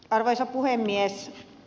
arvoisa puhemies